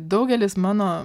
daugelis mano